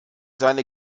seine